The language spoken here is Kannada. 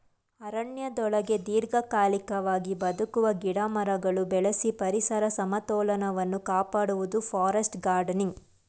ಅರಣ್ಯದೊಳಗೆ ದೀರ್ಘಕಾಲಿಕವಾಗಿ ಬದುಕುವ ಗಿಡಮರಗಳು ಬೆಳೆಸಿ ಪರಿಸರ ಸಮತೋಲನವನ್ನು ಕಾಪಾಡುವುದು ಫಾರೆಸ್ಟ್ ಗಾರ್ಡನಿಂಗ್